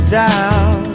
down